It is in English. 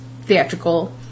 theatrical